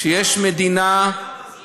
יש מדינה, מי אמר את זה?